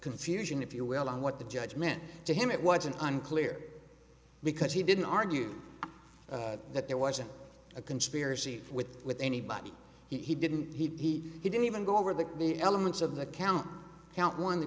confusion if you will on what the judge meant to him it was an unclear because he didn't argue that there wasn't a conspiracy with with anybody he didn't he didn't even go over the the elements of the count count one the